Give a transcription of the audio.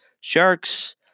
Sharks